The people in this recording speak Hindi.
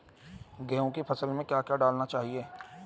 गेहूँ की फसल में क्या क्या डालना चाहिए?